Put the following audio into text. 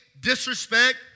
disrespect